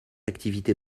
activité